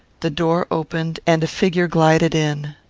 the door opened, and a figure glided in.